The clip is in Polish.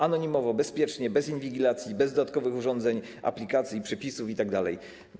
Anonimowo, bezpiecznie, bez inwigilacji, bez dodatkowych urządzeń, aplikacji, przepisów itd.